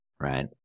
right